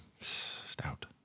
Stout